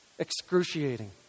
excruciating